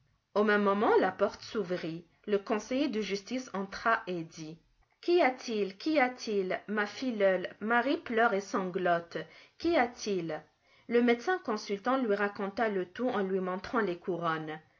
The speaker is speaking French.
au même moment la porte s'ouvrit le conseiller de justice entra et dit qu'y a-t-il qu'y a-t-il ma filleule marie pleure et sanglote qu'y a-t-il le médecin consultant lui raconta le tout en lui montrant les couronnes